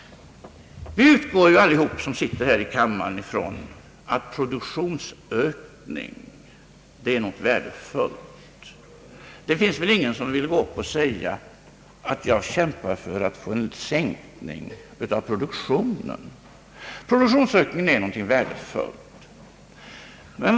Alla vi som sitter här i kammaren utgår från att produktionsökning är någonting värdefullt. Ingen vill stå upp och säga att han kämpar för att få till stånd en sänkning av produktionen. Vi är alla överens om att produktionsökning är någonting värdefullt.